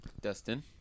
Dustin